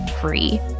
free